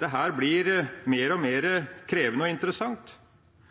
dette blir mer og